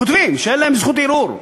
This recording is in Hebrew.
כותבים שאין להם זכות ערעור,